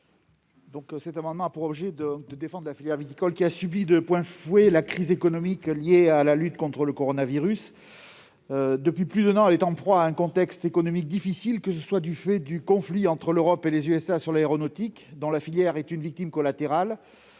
Cet amendement a pour objet de défendre la filière viticole, qui a subi de plein fouet la crise économique liée à la lutte contre le coronavirus. Depuis plus d'un an, elle est en proie à un contexte économique difficile, que ce soit du fait du conflit entre l'Europe et les États-Unis sur l'aéronautique, dont la filière est une victime collatérale-